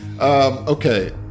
Okay